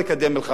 תודה רבה.